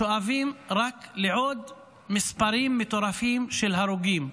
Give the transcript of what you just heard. שואפים רק לעוד מספרים מטורפים של הרוגים,